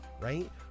right